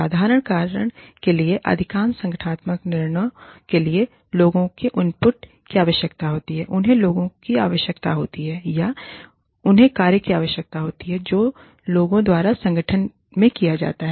साधारण कारण के लिए अधिकांश संगठनात्मक निर्णयों के लिए लोगों के इनपुट की आवश्यकता होती है उन्हें लोगों की आवश्यकता होती है या उन्हें कार्य की आवश्यकता होती है जो लोगों द्वारा संगठन में किया जाता है